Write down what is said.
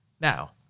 Now